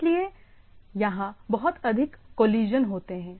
इसलिएयहां बहुत अधिक कॉलीजन होते हैं